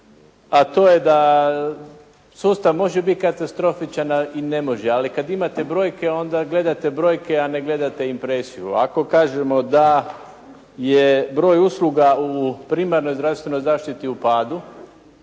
a to je da sustav može biti katastrofičan, a i ne može, ali kad imate brojke, onda gledate brojke, a ne gledate impresiju. Ako kažemo da je broj usluga u primarnoj zdravstvenoj zaštiti u padu,